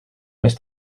més